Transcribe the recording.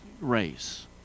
race